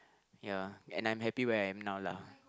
ya and I'm happy where I am now lah